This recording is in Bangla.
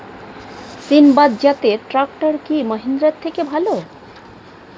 সিণবাদ জাতের ট্রাকটার কি মহিন্দ্রার থেকে ভালো?